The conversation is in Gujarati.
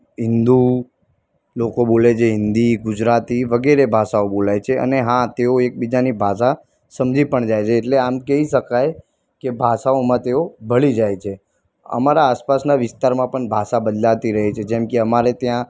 હિંદુ લોકો બોલે છે હિન્દી ગુજરાતી વગેરે ભાષાઓ બોલાય છે અને હા તેઓ એકબીજાની ભાષા સમજી પણ જાય છે એટલે આમ કહી શકાય કે ભાષાઓમાં તેઓ ભળી જાય છે અમારા આસપાસના વિસ્તારમાં પણ ભાષા બદલાતી રહે છે જેમ કે અમારે ત્યાં